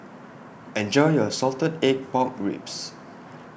Enjoy your Salted Egg Pork Ribs